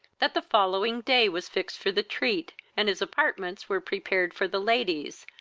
that the following day was fixed for the treat, and his apartments were prepared for the ladies,